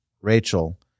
Rachel